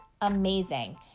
amazing